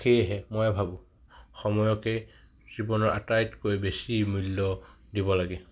সেয়েহে মইয়ে ভাবো সময়কেই জীৱনৰ আটাইতকৈ বেছি মূল্য দিব লাগে